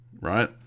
right